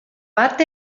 bat